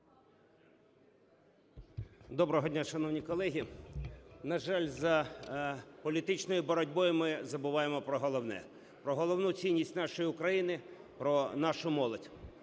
Доброго дня, шановні колеги! На жаль, за політичною боротьбою ми забуваємо про головне, про головну цінність нашої України – про нашу молодь.